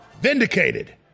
vindicated